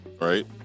right